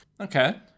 Okay